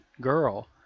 girl